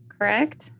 correct